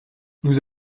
nous